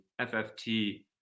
FFT